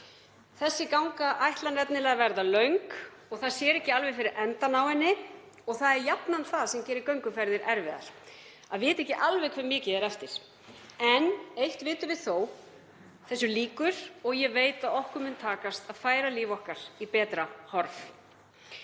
Þessi ganga ætlar að verða löng og ekki sér alveg fyrir endann á henni. Það er jafnan það sem gerir gönguferðir erfiðar — að vita ekki alveg hve mikið er eftir. En eitt vitum því þó, þessu lýkur og ég veit að okkur mun takast að færa líf okkar í betra horf.